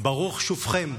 ברוך שובכם.